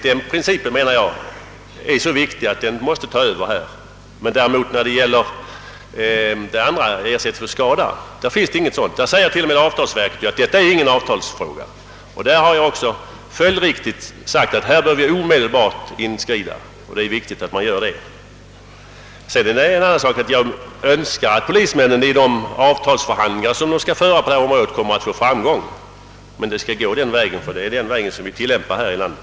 Däremot beträffande ersättningen för skada säger avtalsverket i sitt remissyttrande att det inte är någon avtalsfråga. Där har jag också följdriktigt sagt att vi omedelbart bör inskrida. Sedan är det en annan sak att jag livligt önskar att polismännen i de förhandlingar, som skall föras på detta område, kommer att vinna framgång. Men det skall gå den vägen, ty det är den ordning som vi tillämpar här i landet.